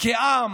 כעם